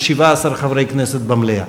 של 17 חברי כנסת במליאה.